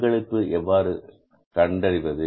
பங்களிப்பு எப்படி கண்டறிவது